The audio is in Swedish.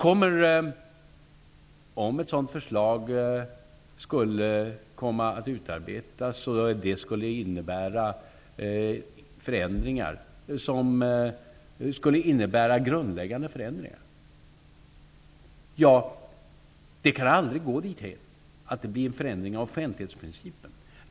Om ett sådant förslag skulle utarbetas som skulle innebära grundläggande förändringar, vill jag säga att det aldrig kan gå dithän att det blir en förändring av offentlighetsprincipen.